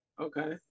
Okay